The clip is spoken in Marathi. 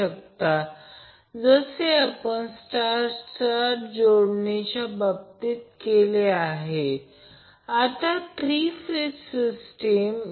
आता जर हे सिंगल फेज सर्किटसारखे इक्विवलेंट सर्किट दिसते आहे तर हे Van आहे हे Ia आणि Zy Z ∆ 3 आहे